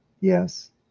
Yes